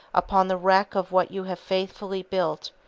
upon the wreck of what you have faithfully built,